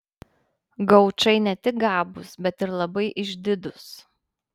gaučai ne tik gabūs bet ir labai išdidūs